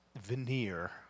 veneer